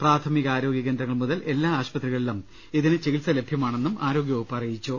പ്രാഥമിക ആരോഗ്യ കേന്ദ്രങ്ങൾ മുതൽ എല്ലാ ആശുപത്രികളിലും ഇതിന് ചികിത്സ ലഭ്യമാണെന്നും ആരോഗ്യവ കുപ്പ് പറഞ്ഞു